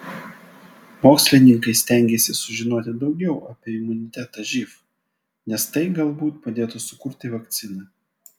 mokslininkai stengiasi sužinoti daugiau apie imunitetą živ nes tai galbūt padėtų sukurti vakciną